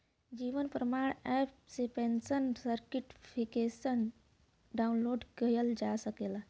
जीवन Pramaan app से pensioner certificate download किहल जा सकला